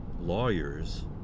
lawyers